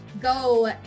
go